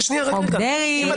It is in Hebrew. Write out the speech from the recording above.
בזה